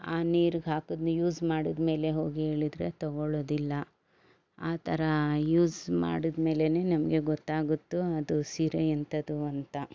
ನೀರಿಗೆ ಹಾಕಿ ಅದನ್ನ ಯೂಸ್ ಮಾಡಿದ್ಮೇಲೆ ಹೋಗಿ ಹೇಳಿದರೆ ತಗೋಳ್ಳೋದಿಲ್ಲ ಆ ಥರ ಯೂಸ್ ಮಾಡಿದ್ಮೇಲೇನೆ ನಮಗೆ ಗೊತ್ತಾಗುತ್ತೆ ಅದು ಸೀರೆ ಎಂಥದ್ದು ಅಂತ